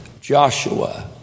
Joshua